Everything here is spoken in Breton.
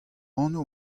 anv